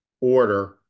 order